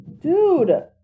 Dude